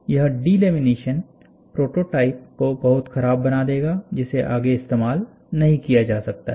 यह delamination prototype को बहुत खराब बना देगा जिसे आगे इस्तेमाल नहीं किया जा सकता है